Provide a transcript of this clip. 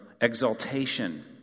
exaltation